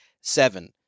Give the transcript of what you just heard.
Seven